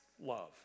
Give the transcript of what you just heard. love